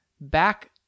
back